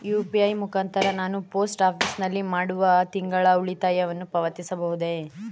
UPI ಮುಖಾಂತರ ನಾನು post office ನಲ್ಲಿ ಮಾಡುವ ತಿಂಗಳ ಉಳಿತಾಯವನ್ನು ಪಾವತಿಸಬಹುದೇ?